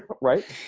Right